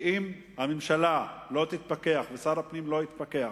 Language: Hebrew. שאם הממשלה לא תתפכח ושר הפנים לא יתפכח